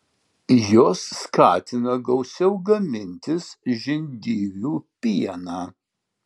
jos skatina gausiau gamintis žindyvių pieną